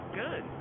good